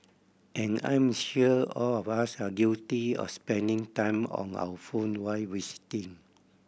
and I'm sure all of us are guilty of spending time on our phone while visiting